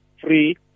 free